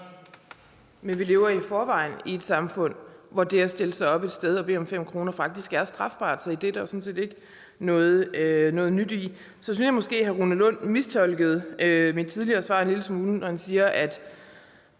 Vi lever i forvejen i et samfund, hvor det at stille sig op et sted og bede om 5 kr. faktisk er strafbart, så det er der jo sådan set ikke noget nyt i. Så synes jeg måske, at hr. Rune Lund mistolkede mit tidligere svar en lille smule, når han siger, at